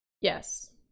Yes